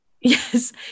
yes